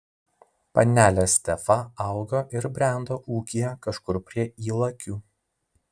panelė stefa augo ir brendo ūkyje kažkur prie ylakių